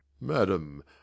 Madam